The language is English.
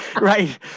right